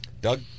Doug